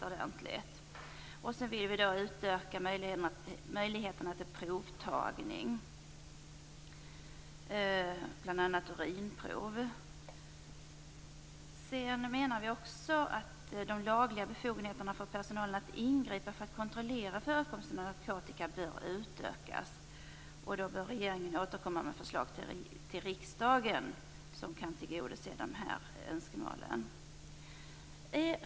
Vi vill utöka möjligheterna till provtagning, bl.a. urinprov. Vi menar att de lagliga befogenheterna för personalen att ingripa för att kontrollera förekomsten av narkotika bör utökas. Regeringen bör återkomma med förslag till riksdagen som kan tillgodose önskemålen.